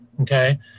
okay